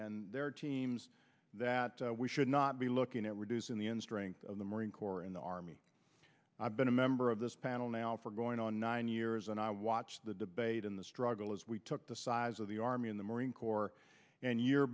and their teams that we should not be looking at reducing the end strength of the marine corps in the army i've been a member of this panel now for going on nine years and i watched the debate in the struggle as we took the size of the army in the marine corps and year